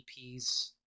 EPs